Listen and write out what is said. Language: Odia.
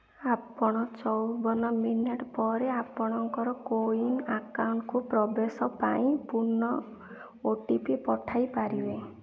ଆପଣ ଚଉବନ ମିନିଟ୍ ପରେ ଆପଣଙ୍କର କୋୱିନ୍ ଆକାଉଣ୍ଟ୍କୁ ପ୍ରବେଶ ପାଇଁ ପୁନଃ ଓ ଟି ପି ପଠାଇ ପାରିବେ